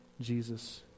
Jesus